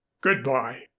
Goodbye